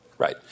Right